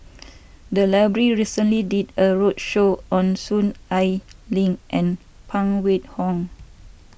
the library recently did a roadshow on Soon Ai Ling and Phan Wait Hong